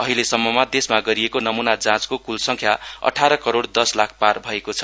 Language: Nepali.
अहिलेसम्ममा देशमा गरिएको नमूना जाँचको कुल संख्या अठार करोड दस लाख पार भएको छ